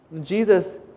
Jesus